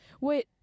Wait